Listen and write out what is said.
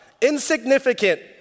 Insignificant